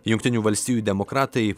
jungtinių valstijų demokratai